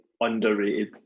underrated